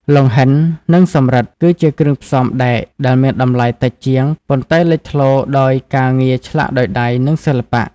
លង្ហិន និងសំរិទ្ធ គឺជាគ្រឿងផ្សំដែកដែលមានតម្លៃតិចជាង ប៉ុន្តែលេចធ្លោដោយការងារឆ្លាក់ដោយដៃ និងសិល្បៈ។